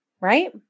Right